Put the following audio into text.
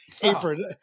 apron